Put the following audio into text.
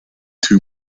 two